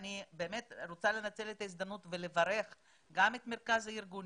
אני רוצה לנצל את ההזדמנות ולברך גם את מרכז הארגונים,